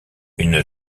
une